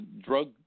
drug